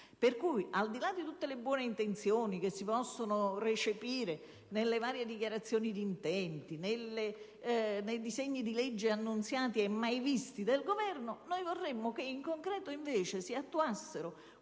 Per cui, al di là di tutte le buone intenzioni che si possono recepire nelle varie dichiarazioni di intenti, nei disegni di legge annunziati e mai visti del Governo, vorremmo che in concreto invece si attuassero